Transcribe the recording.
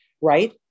right